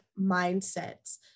mindsets